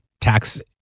tax